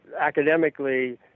academically –